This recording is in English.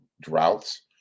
droughts